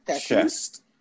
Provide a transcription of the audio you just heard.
chest